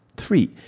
Three